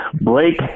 Blake